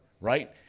right